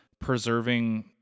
preserving